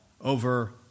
over